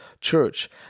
church